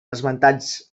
esmentats